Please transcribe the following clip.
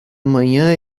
manhã